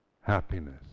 happiness